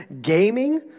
gaming